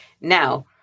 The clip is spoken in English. Now